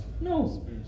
no